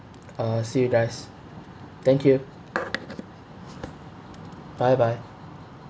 uh see you guys thank you bye bye